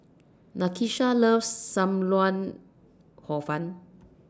Nakisha loves SAM Lau Hor Fun